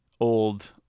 old